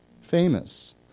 famous